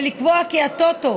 ולקבוע כי הטוטו